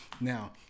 Now